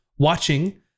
watching